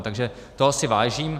Takže toho si vážím.